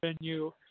venue